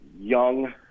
young